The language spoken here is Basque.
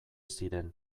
ziren